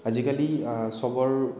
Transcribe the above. আজিকালি চবৰ